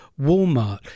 Walmart